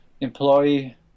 employee